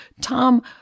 Tom